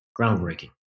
groundbreaking